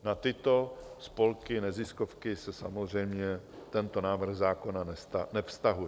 Na tyto spolky neziskovky se samozřejmě tento návrh zákona nevztahuje.